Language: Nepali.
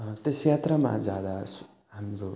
त्यस यात्रामा जाँदा हाम्रो